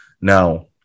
Now